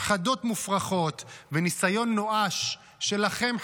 הפחדות מופרכות וניסיון נואש שלכם,